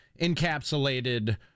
encapsulated